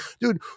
dude